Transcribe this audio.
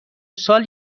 سال